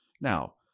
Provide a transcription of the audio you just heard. Now